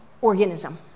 Organism